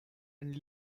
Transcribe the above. and